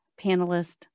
panelist